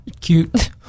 cute